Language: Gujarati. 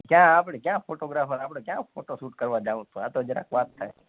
ક્યાં આપણે ક્યાં ફોટોગ્રાફર આપણે ક્યાં ફોટોશૂટ કરવા જવું તું આ તો જરાક વાત થાય